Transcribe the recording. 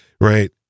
right